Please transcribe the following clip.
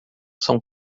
são